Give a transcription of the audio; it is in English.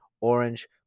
orange